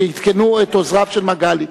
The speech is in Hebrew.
שעדכנו את עוזריו של מגלי.